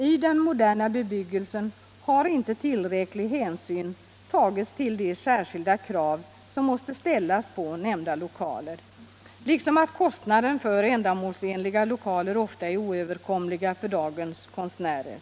I den moderna bebyggelsen har inte tillräcklig hänsyn tagits ull de särskilda krav som måste ställas på nämnda lokaler och inte heller till att kostnaden för ändamålsenliga lokaler ofta är oöverstiglig för dagens konstnärer.